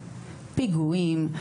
פיגועים,